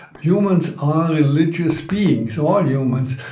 humans are religious beings, all humans.